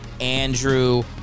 Andrew